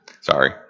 sorry